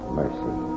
mercy